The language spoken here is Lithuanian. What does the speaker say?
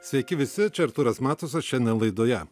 sveiki visi čia artūras matusas šiandien laidoje